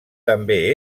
també